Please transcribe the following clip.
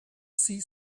see